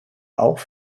auch